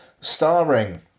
starring